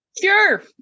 Sure